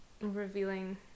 revealing